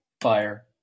fire